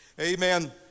Amen